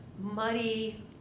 muddy